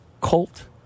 colt